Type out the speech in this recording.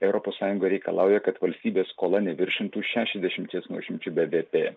europos sąjunga reikalauja kad valstybės skola neviršintų šešiasdešimties nuošimčių bvp